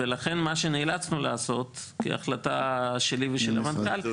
לכן מה שנאלצנו לעשות כהחלטה שלי ושל המנכ"ל,